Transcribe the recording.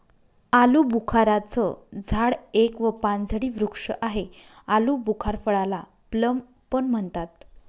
आलूबुखारा चं झाड एक व पानझडी वृक्ष आहे, आलुबुखार फळाला प्लम पण म्हणतात